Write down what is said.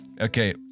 Okay